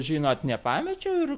žinot nepamečiau ir